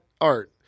Art